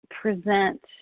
present